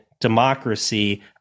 democracy